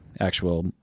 actual